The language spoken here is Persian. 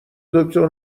دکتر